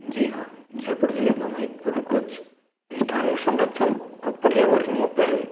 जी हाँ जयपुर जिले में महत्वपूर्ण कुछ स्थानीय संरक्षण और पर्यावरणीय पहल